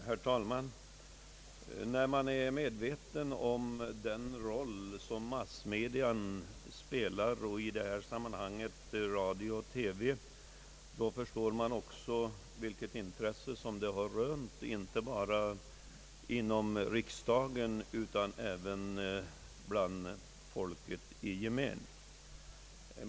Herr talman! När man är medveten om den roll som massmedia spelar — i detta sammanhang radio och TV — då förstår man också vilket intresse som de rönt inte bara inom riksdagen utan även bland folket i gemen.